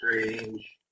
Strange